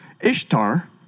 Ishtar